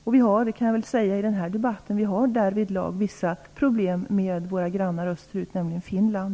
Jag vill här säga i debatten att vi därvidlag har vissa problem med våra grannar österut, nämligen Finland.